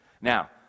Now